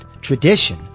tradition